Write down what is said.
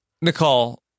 Nicole